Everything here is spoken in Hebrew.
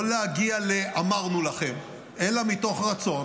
לא להגיע ל"אמרנו לכם" אלא מתוך רצון